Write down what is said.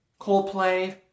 Coldplay